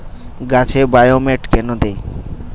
গাছে বায়োমেট কেন দেয়?